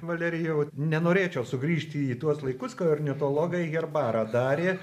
valerijau nenorėčiau sugrįžti į tuos laikus kai ornitologai herbarą darė